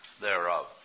thereof